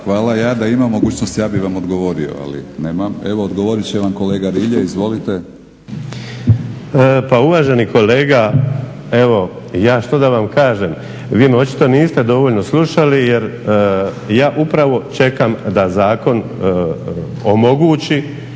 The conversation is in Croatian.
hvala. Ja da imam mogućnosti ja bih vam odgovorio, ali nemam. Evo odgovorit će vam kolega Rilje. Izvolite. **Rilje, Damir (SDP)** Pa uvaženi kolega, evo ja što da vam kažem, vi me očito niste dovoljno slušali jer ja upravo čekam da zakon omogući